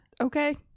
okay